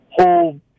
whole